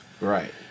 Right